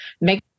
make